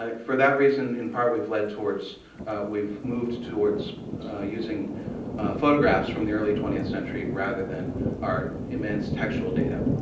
ah for that reason in part, we've led towards we've moved towards using photographs from the early twentieth century rather than our immense textual data.